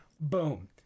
boom